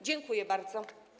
Dziękuję bardzo.